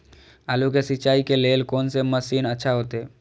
आलू के सिंचाई के लेल कोन से मशीन अच्छा होते?